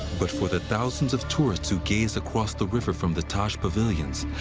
but for the thousands of tourists who gaze across the river from the taj pavilions,